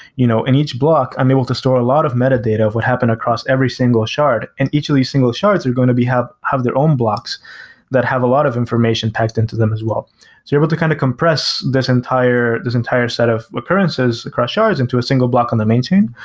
you know in each block i'm able to store a lot of metadata of what happen across every single chard, and each of these single shards are going to have have their own blocks that have a lot of information packed into them as well. so you're able to kind of compress this entire this entire set of occurrences across shards into a single block in the main chain,